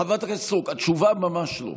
חברת הכנסת סטרוק, התשובה: ממש לא.